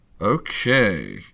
Okay